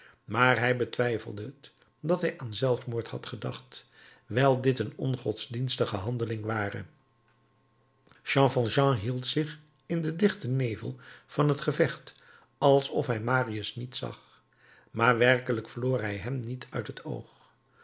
maar wij betwijfelen het dat hij aan zelfmoord had gedacht wijl dit een ongodsdienstige handeling ware jean valjean hield zich in den dichten nevel van het gevecht alsof hij marius niet zag maar werkelijk verloor hij hem niet uit het oog